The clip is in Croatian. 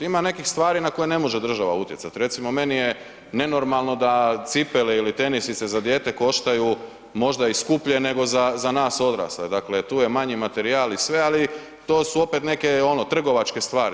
Ima nekih stvari na koje ne može država utjecat, recimo meni je nenormalno da cipele ili tenisice koštaju možda i skuplje nego za nas odrasle, dakle tu je manji materijal i sve ali to su opet neke trgovačke stvari.